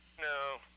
No